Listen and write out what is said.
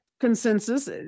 consensus